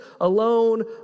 alone